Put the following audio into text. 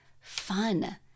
fun